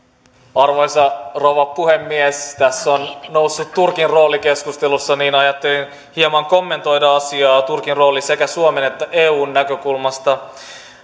arvoisa rouva puhemies tässä on noussut turkin rooli keskustelussa joten ajattelin hieman kommentoida asiaa turkin roolia sekä suomen että eun näkökulmasta